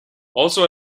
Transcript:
also